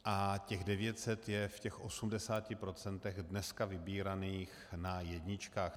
A těch 900 je v těch 80 % dneska vybíraných na jedničkách.